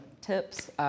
tips